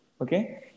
Okay